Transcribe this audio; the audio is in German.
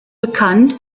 bekannt